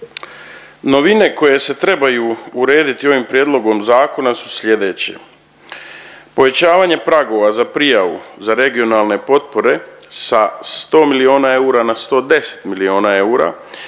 Novine koje se trebaju urediti ovim prijedlogom zakona su sljedeće, povećavanje pragova za prijavu za regionalne potpore sa 100 milijuna eura na 110 milijuna eura